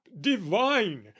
divine